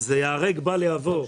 זה ייהרג ובל יעבור.